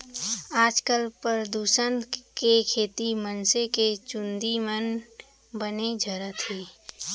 आजकाल परदूसन के सेती मनसे के चूंदी मन बने झरत हें